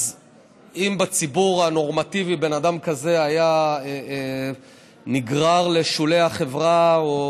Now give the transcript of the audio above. אז אם בציבור הנורמטיבי בן אדם כזה היה נגרר לשולי החברה או